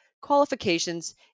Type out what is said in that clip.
qualifications